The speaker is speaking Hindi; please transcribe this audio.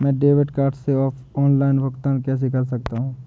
मैं डेबिट कार्ड से ऑनलाइन भुगतान कैसे कर सकता हूँ?